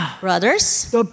brothers